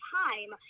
time